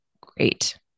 great